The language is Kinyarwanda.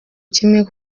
kimwe